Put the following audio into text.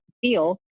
feel